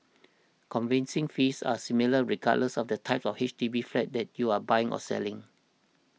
conveyance fees are similar regardless of the type of H D B flat that you are buying or selling